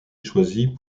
choisies